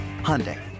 Hyundai